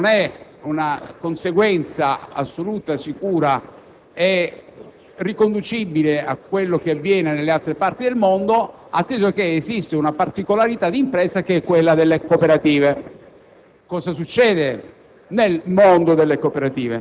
nel nostro ordinamento, perché quel lucro non è una conseguenza assoluta sicura e riconducibile a quello che avviene nelle altre parti del mondo, atteso che esiste una particolarità di impresa che è quella delle cooperative.